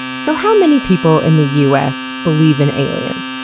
so how many people in the us believe in aliens?